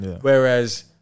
Whereas